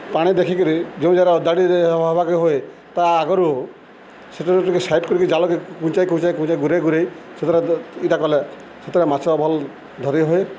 ପାଣି ଦେଖିକିରି ଯେଉଁ ଜାଗା ଅଦାଡ଼ି ହେବାକେ ହୁଏ ତା ଆଗରୁ ସେଠାରେ ଟିକେ ସାଇଡ଼୍ କରିକି ଜାଲକେ କୁଞ୍ଚାଇ କୁଞ୍ଚାଇ କୁଞ୍ଚାଇ ଘୁରେଇ ଘୁରେଇ ସେଥିରେ ଇଟା କଲେ ସେଥିରେ ମାଛ ଭଲ୍ ଧରି ହୁଏ